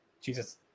Jesus